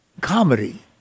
comedy